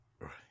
Right